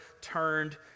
turned